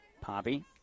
Poppy